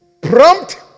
Prompt